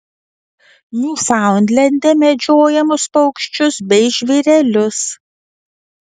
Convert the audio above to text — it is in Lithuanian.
niufaundlende medžiojamus paukščius bei žvėrelius